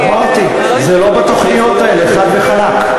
אמרתי, זה לא בתוכניות האלה, חד וחלק.